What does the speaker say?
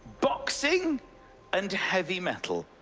boxing and heavy metal.